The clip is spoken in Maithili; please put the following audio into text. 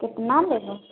कतना लेबै